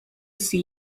see